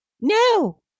No